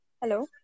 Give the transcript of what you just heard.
Hello